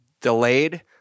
delayed